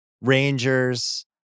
Rangers